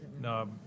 No